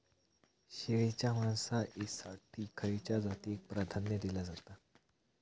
शेळीच्या मांसाएसाठी खयच्या जातीएक प्राधान्य दिला जाता?